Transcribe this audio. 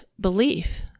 belief